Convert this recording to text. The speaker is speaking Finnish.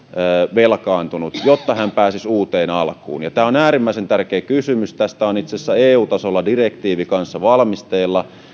velkaantunut jotta hän pääsisi uuteen alkuun tämä on äärimmäisen tärkeä kysymys tästä on itse asiassa eu tasolla direktiivi kanssa valmisteilla